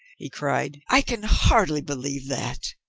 he cried, i can hardly believe that!